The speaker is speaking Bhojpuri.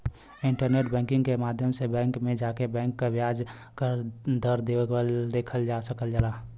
इंटरनेट बैंकिंग क माध्यम से बैंक में जाके बैंक क ब्याज दर देखल जा सकल जाला